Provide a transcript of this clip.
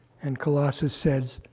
and colossus says,